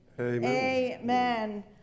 Amen